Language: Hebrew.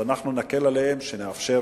אנחנו נקל עליהם, נאפשר